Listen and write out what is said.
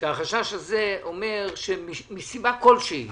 שאומר שמסיבה כל שהיא